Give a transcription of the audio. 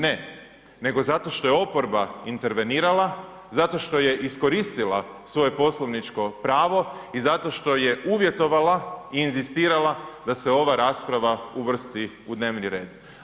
Ne nego zato što je oporba intervenirala, zato što je iskoristila svoje poslovničko pravo i zato što je uvjetovala i inzistirala da se ova rasprava uvrsti u dnevni red.